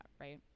right